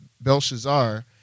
Belshazzar